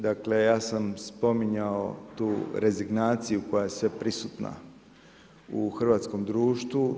Dakle, ja sam spominjao tu rezignaciju, koja je sveprisutna u hrvatskom društvu.